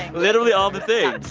literally all the things.